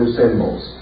symbols